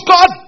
God